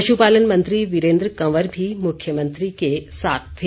पशुपालन मंत्री वीरेंद्र कंवर भी मुख्यमंत्री के साथ थे